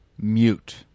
mute